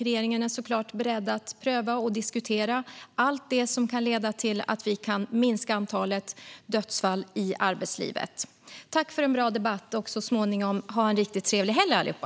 Regeringen är såklart beredd att pröva och diskutera allt det som kan leda till att vi kan minska antalet dödsfall i arbetslivet. Tack för en bra debatt! Och så småningom: Ha en riktigt trevlig helg, allihop!